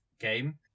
game